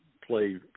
play